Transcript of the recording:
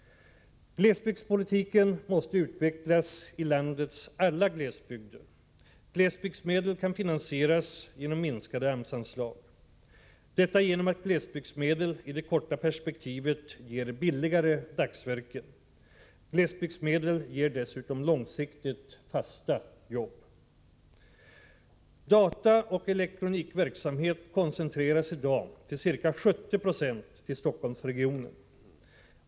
Glesbygdspolitiken måste utvecklas i landets alla glesbygder. Glesbygdsmedel kan finansieras genom minskade AMS-anslag. Detta fungerar bra eftersom glesbygdsmedel i det korta perspektivet ger billigare dagsverken. Glesbygdsmedel ger dessutom långsiktigt fasta jobb. Dataoch elektronikverksamhet koncentreras i dag till ca 7090 till Stockholmsregionen.